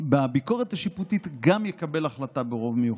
בביקורת השיפוטית, גם יקבל החלטה ברוב מיוחס.